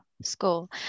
school